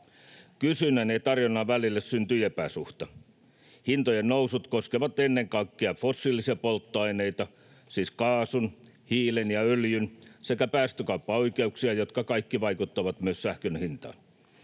Kysynnän ja tarjonnan välille syntyi epäsuhta. Hintojen nousut koskevat ennen kaikkea fossiilisia polttoaineita, siis kaasua, hiiltä ja öljyä, sekä päästökauppaoikeuksia, jotka kaikki vaikuttavat myös sähkön hintaan.